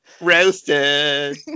Roasted